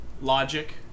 logic